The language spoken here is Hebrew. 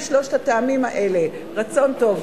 משלושת הטעמים האלה: רצון טוב,